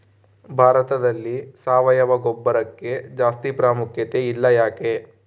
ಭಾರತದಲ್ಲಿ ಸಾವಯವ ಗೊಬ್ಬರಕ್ಕೆ ಜಾಸ್ತಿ ಪ್ರಾಮುಖ್ಯತೆ ಇಲ್ಲ ಯಾಕೆ?